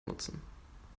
nutzen